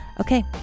Okay